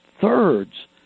thirds